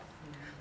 mm mm